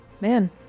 Man